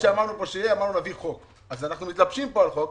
אנחנו מתלבשים פה על חוק.